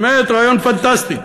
באמת, רעיון פנטסטי.